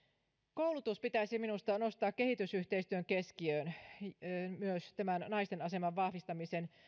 koulutus pitäisi minusta myös nostaa kehitysyhteistyön keskiöön naisten aseman vahvistamisen